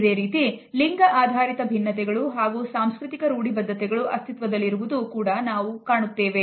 ಇದೇ ರೀತಿ ಲಿಂಗ ಆಧಾರಿತ ಭಿನ್ನತೆಗಳು ಹಾಗೂ ಸಾಂಸ್ಕೃತಿಕ ರೂಡಿ ಬದ್ಧತೆಗಳು ಅಸ್ತಿತ್ವದಲ್ಲಿರುವುದು ಕೂಡ ನಾವು ಕಾಣುತ್ತೇವೆ